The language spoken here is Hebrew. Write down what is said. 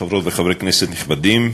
חברות וחברי כנסת נכבדים,